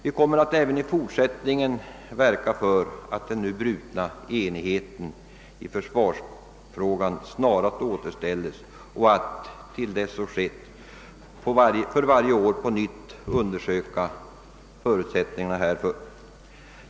Vi kommer att även i fortsättningen verka för att den nu brutna enigheten i försvarsfrågan snarast skall återställas och att, till dess så skett, för varje år på nytt undersöka förutsättningarna härför.